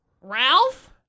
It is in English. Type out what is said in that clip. Ralph